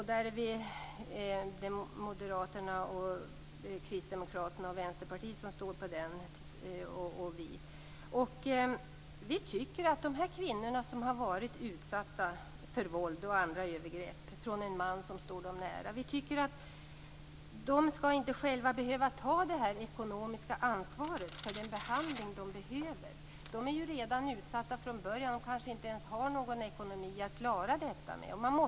Det är vi tillsammans med Moderaterna, Kristdemokraterna och Vänsterpartiet som står bakom den reservationen. De kvinnor som har varit utsatta för våld och övergrepp från en man som står dem nära skall inte själva behöva ta det ekonomiska ansvaret för den behandling som de behöver. De är ju redan utsatta från början och har kanske inte någon ekonomi för att klara detta.